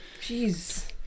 Jeez